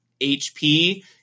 HP